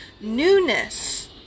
newness